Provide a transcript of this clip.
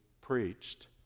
preached